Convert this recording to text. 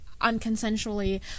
unconsensually